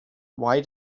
why